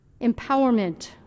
empowerment